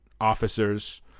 officers